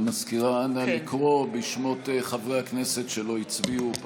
נא לקרוא פעם נוספת בשמות חברי הכנסת שלא הצביעו.